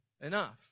enough